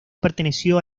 perteneció